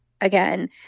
again